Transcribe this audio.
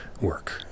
work